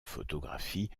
photographie